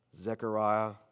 Zechariah